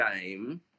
game